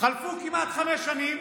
חלפו כמעט חמש שנים,